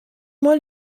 mei